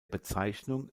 bezeichnung